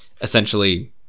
essentially